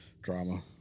drama